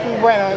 Bueno